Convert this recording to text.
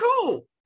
cool